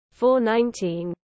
4.19